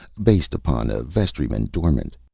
based upon a vestryman dormant.